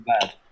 bad